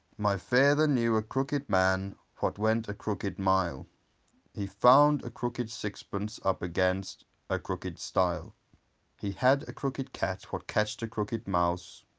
my father knew a crooked man what went a crooked mile he found a crooked sixpence up against a crooked style he had a crooked cat what catch the crooked mouse